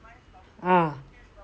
ah